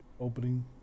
opening